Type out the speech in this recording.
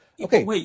Okay